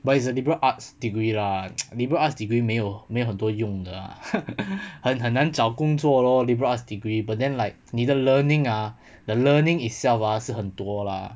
but it's a liberal arts degree lah liberal arts degree 没有没有很多用的啊很很难找工作咯 liberal arts degree but then like 你的 learning ah the learning itself ah 是很多 lah